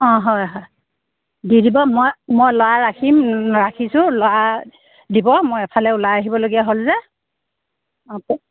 অ' হয় হয় দি দিব মই মই ল'ৰা ৰাখিম ৰাখিছোঁ ল'ৰা দিব মই এফালে ওলাই আহিবলগীয়া হ'ল যে অ'